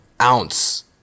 ounce